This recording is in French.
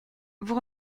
vous